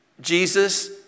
Jesus